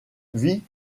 vit